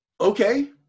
okay